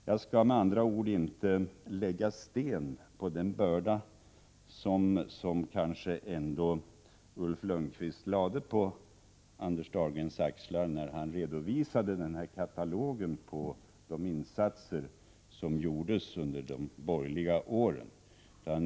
Jag skall med andra ord inte lägga sten på den börda som ändå Ulf Lönnqvist lade på Anders Dahlgrens axlar när han redovisade katalogen över de insatser som gjordes under de borgerliga åren.